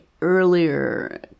earlier